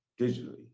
digitally